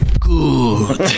Good